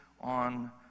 on